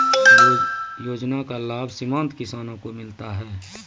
योजना का लाभ सीमांत किसानों को मिलता हैं?